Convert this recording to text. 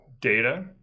data